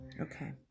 okay